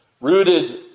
rooted